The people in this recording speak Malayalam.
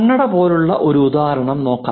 കണ്ണട പോലുള്ള ഒരു ഉദാഹരണം നോക്കാം